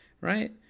right